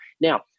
Now